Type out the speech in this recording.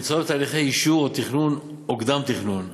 הנמצאות בהליכי אישור או תכנון או קדם-תכנון.